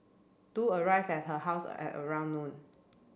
do arrived at her house at around noon